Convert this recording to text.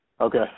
Okay